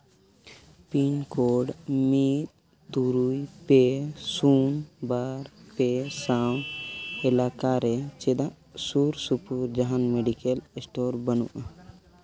pin code ᱢᱤᱫ ᱛᱩᱨᱩᱭ ᱯᱮ ᱥᱩᱱ ᱵᱟᱨ ᱯᱮ ᱥᱟᱶ ᱮᱞᱟᱠᱟ ᱨᱮ ᱪᱮᱫᱟᱜ ᱥᱩᱨᱼᱥᱩᱯᱩᱨ ᱡᱟᱦᱟᱱ ᱢᱮᱰᱤᱠᱮᱞ ᱥᱴᱳᱨ ᱵᱟᱹᱱᱩᱜᱼᱟ